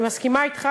אני מסכימה אתך